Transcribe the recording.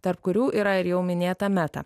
tarp kurių yra ir jau minėta meta